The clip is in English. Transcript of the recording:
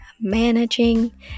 managing